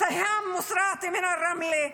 סיהאם מוסראתי מרמלה,